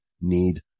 need